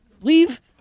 Leave